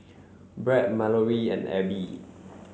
Brad Mallorie and Abbie